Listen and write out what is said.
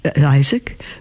Isaac